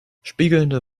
spiegelnde